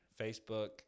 Facebook